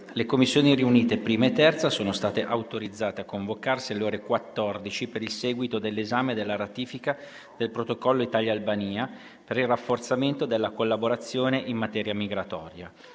le Commissioni riunite 1a e 3a sono state autorizzate a convocarsi alle ore 14 per il seguito dell'esame della ratifica del Protocollo Italia-Albania per il rafforzamento della collaborazione in materia migratoria.